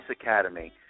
academy